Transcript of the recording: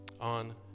on